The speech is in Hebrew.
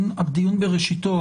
הדיון בראשיתו.